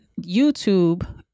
youtube